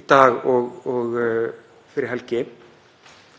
í dag og fyrir helgi